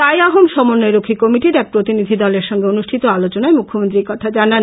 টাই আহোম সমন্বয়রক্ষী কমিটির এক প্রতিনিধিদলের সঙ্গে অনুষ্ঠিত আলোচনায় মুখ্যমন্ত্রী একথা জানান